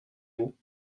vous